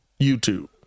YouTube